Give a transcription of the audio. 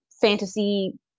fantasy